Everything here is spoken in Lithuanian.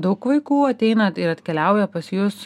daug vaikų ateina ir atkeliauja pas jus